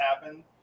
happen